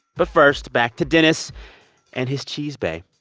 but first, back to dennis and his cheese bae.